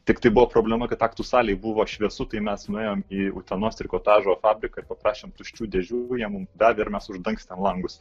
tiktai buvo problema kad aktų salėj buvo šviesu tai mes nuėjom į utenos trikotažo fabriką ir paprašėme tuščių dėžių jie mum davė ir mes uždangstėm langus